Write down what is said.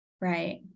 Right